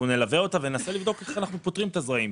אנחנו נלווה אותה וננסה לבדוק איך אנחנו פותרים את הזרעים,